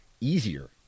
easier